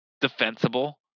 defensible